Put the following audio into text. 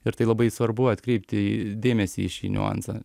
ir tai labai svarbu atkreipti dėmesį į šį niuansą